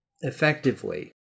effectively